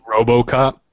RoboCop